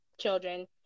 children